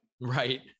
Right